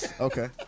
Okay